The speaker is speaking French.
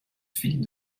philippe